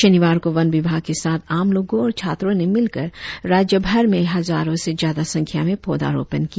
शनिवार को वन विभाग के साथ आम लोगो और छात्रो ने मिलकर राज्यभर में हजारो से ज्यादा संख्या में पौधारोपण किया